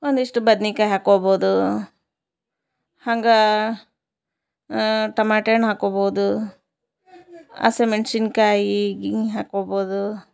ಒಂದಿಷ್ಟು ಬದ್ನಿಕಾಯಿ ಹಾಕೊಬೋದು ಹಂಗೆ ಟಮಾಟೆ ಹಣ್ ಹಾಕೊಬೋದು ಹಸೆಮೆಣ್ಶಿನ್ಕಾಯಿ ಗಿನಿ ಹಾಕೊಬೋದು